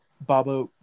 Baba